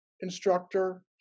instructor